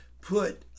put